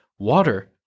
Water